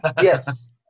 Yes